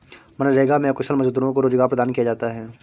मनरेगा में अकुशल मजदूरों को रोजगार प्रदान किया जाता है